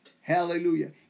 Hallelujah